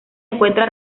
encuentra